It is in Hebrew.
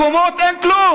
עכשיו לגבי החוק, תודה.